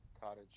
cottage